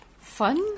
Fun